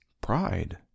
pride